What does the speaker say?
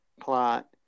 Plot